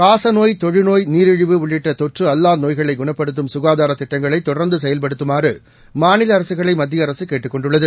காசநோய் தொழுநோய் நீரிழிவு உள்ளிட்ட தொற்று அல்லா நோய்களை குணப்படுத்தும் சுகாதாரத் திட்டங்களை தொடர்ந்து செயல்படுத்துமாறு மாநில அரசுகளை மத்திய அரசு கேட்டுக் கொண்டுள்ளது